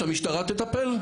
שהמשטרה תטפל.